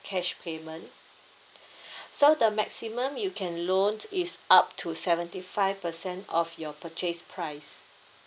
cash payment so the maximum you can loans is up to seventy five percent of your purchase price